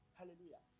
Hallelujah